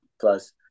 Plus